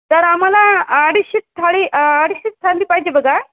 तर आम्हाला अडीचशे थाळी अडीचशे थाळी पाहिजे बघा